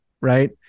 right